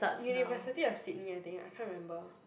university of Sydney I think I can't remember